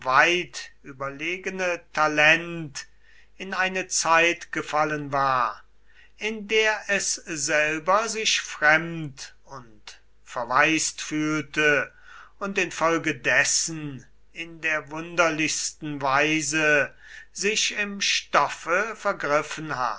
überlegene talent in eine zeit gefallen war in der es selber sich fremd und verwaist fühlte und infolgedessen in der wunderlichsten weise sich im stoffe vergriffen